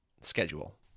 schedule